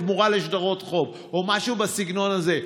בתמורה לשטרות חוב או משהו בסגנון הזה.